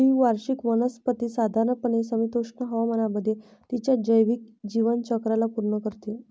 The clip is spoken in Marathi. द्विवार्षिक वनस्पती साधारणपणे समशीतोष्ण हवामानामध्ये तिच्या जैविक जीवनचक्राला पूर्ण करते